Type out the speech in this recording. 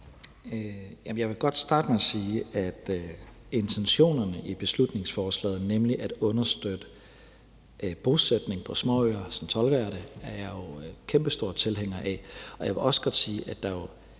Jeg vil godt starte med at sige, at intentionen i beslutningsforslaget, nemlig at understøtte bosætning på småøer – sådan tolker jeg det – er jeg jo kæmpestor tilhænger af. Og jeg vil også godt sige, at der i